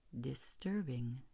disturbing